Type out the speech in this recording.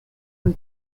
and